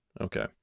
okay